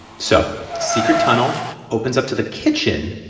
so secret tunnel opens up to the kitchen,